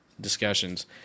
discussions